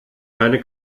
keine